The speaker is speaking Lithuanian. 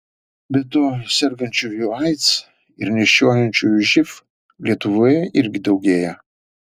be to sergančiųjų aids ir nešiojančiųjų živ lietuvoje irgi daugėja